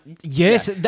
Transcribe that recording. yes